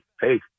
hey